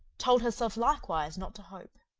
told herself likewise not to hope.